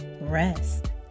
rest